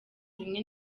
zimwe